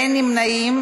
אין נמנעים.